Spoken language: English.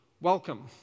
welcome